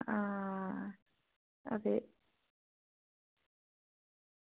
हां ते